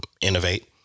innovate